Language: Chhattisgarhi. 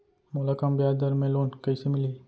मोला कम ब्याजदर में लोन कइसे मिलही?